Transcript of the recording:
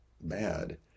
bad